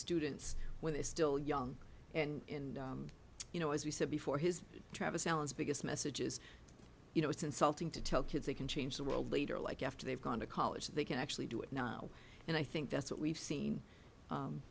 students when they still young and you know as we said before his traverse alan's biggest message is you know it's insulting to tell kids they can change the world leader like after they've gone to college they can actually do it now and i think that's what we've seen